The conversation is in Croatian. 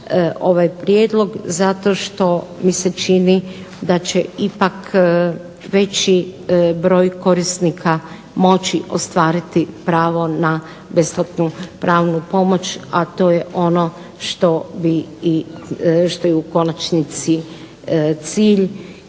ovaj prijedlog zato što mi se čini da će ipak veći broj korisnika moći ostvariti pravo na besplatnu pravnu pomoć, a to je ono što je u konačnici cilj